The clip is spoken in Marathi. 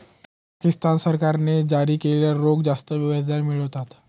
पाकिस्तान सरकारने जारी केलेले रोखे जास्त व्याजदर मिळवतात